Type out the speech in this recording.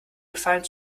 gefallen